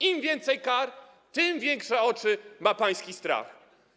Im więcej kar, tym większe oczy ma pański strach.